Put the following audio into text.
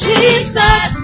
Jesus